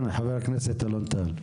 כן, חה"כ אלון טל.